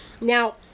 Now